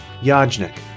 Yajnik